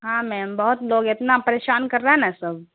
ہاں میم بہت لوگ اتنا پریشان کر رہا ہے نا سب